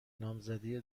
نامزدی